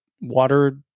Water